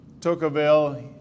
Tocqueville